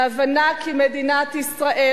בהבנה כי מדינת ישראל,